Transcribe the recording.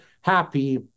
happy